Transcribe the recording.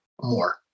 more